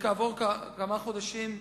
וכעבור כמה חודשים,